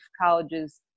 colleges